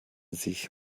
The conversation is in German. sich